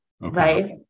Right